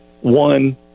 one